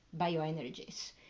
bioenergies